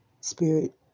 Spirit